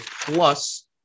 plus